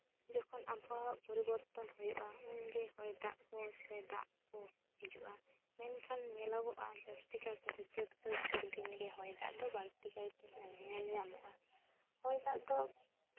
ᱡᱚᱠᱷᱚᱱ ᱟᱵᱚᱦᱟᱣᱟ ᱯᱚᱨᱤᱵᱚᱨᱛᱚᱱ ᱦᱩᱭᱩᱜᱼᱟ ᱩᱱᱜᱮ ᱦᱚᱭ ᱫᱟᱜ ᱠᱚ ᱥᱮ ᱫᱟᱜ ᱠᱚ ᱦᱤᱡᱩᱜᱼᱟ ᱢᱮᱱᱠᱷᱟᱱ ᱧᱮᱞᱚᱜᱚᱜᱼᱟ ᱡᱟᱹᱥᱛᱤ ᱠᱟᱭ ᱛᱮᱫᱚ ᱪᱟᱹᱛ ᱵᱟᱹᱭᱥᱟᱹᱠ ᱫᱤᱱ ᱜᱮ ᱦᱚᱭ ᱫᱟᱜ ᱫᱚ ᱵᱟᱹᱲᱛᱤ ᱠᱟᱭᱛᱮ ᱧᱮᱞ ᱧᱟᱢᱚᱜᱼᱟ ᱦᱚᱭ ᱫᱟᱜ ᱫᱚ